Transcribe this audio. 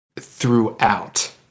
throughout